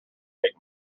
take